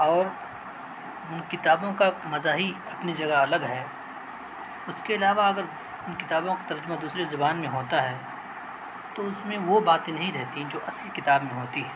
اور ان کتابوں کا مزہ ہی اپنی جگہ الگ ہے اس کے علاوہ اگر ان کتابوں کا ترجمہ دوسری زبان میں ہوتا ہے تو اس میں وہ باتیں نہیں رہتیں جو اصل کتاب میں ہوتی ہے